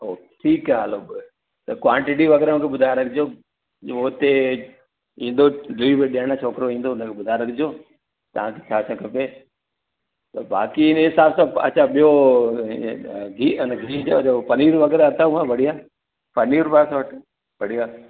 ओ ठीकु आहे हलो त क़्वांटिटी वग़ैरह मूंखे ॿुधाए रखिजो उहो उते ईंदो ॾई ॾियण छोकिरो ईंदो हुनखे ॿुधाए रखिजो तव्हांखे छा छा खपे त बाक़ी इन हिसाब सां अच्छा ॿियो अ गीहु अने गीहु था चओ पनीर वग़ैरह अथव बढ़िया पनीर बि असां वटि बढ़िया